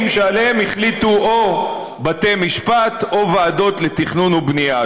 שעליהם החליטו או בתי משפט או ועדות לתכנון ובנייה.